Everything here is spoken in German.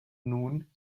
nun